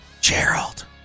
Gerald